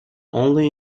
only